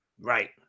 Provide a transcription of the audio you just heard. Right